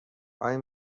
آیا